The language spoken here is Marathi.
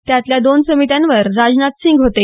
त्यातल्या दोन समित्यांवर राजनाथ सिंग होते